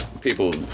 people